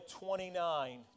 29